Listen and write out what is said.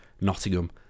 Nottingham